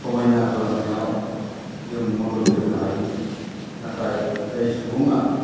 समायना खालामनायाव जों मदद होनो हायो नाथाय जाय सुबुङा